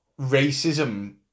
racism